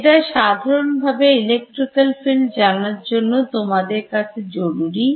এটা সাধারন ভাবেElectric Field জানার জন্য তোমার কাছে জরুরী